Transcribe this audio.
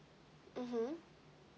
mmhmm